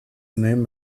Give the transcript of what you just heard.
name